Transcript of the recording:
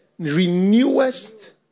Renewest